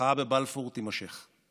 המחאה בבלפור תימשך.